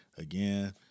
Again